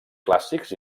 clàssics